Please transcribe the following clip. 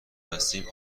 هستیم